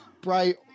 bright